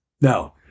Now